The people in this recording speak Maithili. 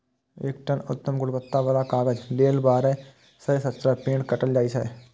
एक टन उत्तम गुणवत्ता बला कागज लेल बारह सं सत्रह पेड़ काटल जाइ छै